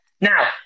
Now